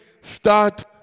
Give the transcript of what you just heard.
start